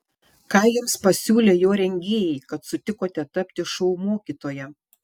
ką jums pasiūlė jo rengėjai kad sutikote tapti šou mokytoja